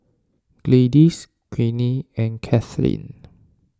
Gladis Greene and Caitlynn